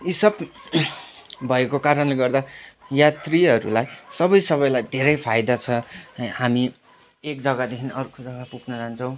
यी सब भएको कारणले गर्दा यात्रीहरूलाई सबै सबैलाई धेरै फाइदा छ हामी एक जग्गादेखि अर्को जग्गा पुग्न जान्छौँ